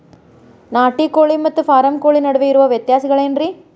ನಾಟಿ ಕೋಳಿ ಮತ್ತ ಫಾರಂ ಕೋಳಿ ನಡುವೆ ಇರೋ ವ್ಯತ್ಯಾಸಗಳೇನರೇ?